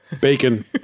bacon